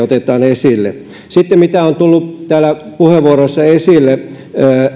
otetaan esille mitä sitten on tullut täällä puheenvuoroissa esille